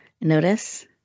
Notice